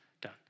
done